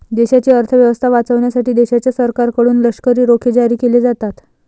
देशाची अर्थ व्यवस्था वाचवण्यासाठी देशाच्या सरकारकडून लष्करी रोखे जारी केले जातात